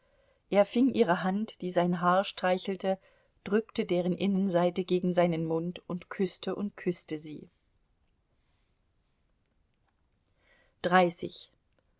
er fing ihre hand die sein haar streichelte drückte deren innenseite gegen seinen mund und küßte und küßte sie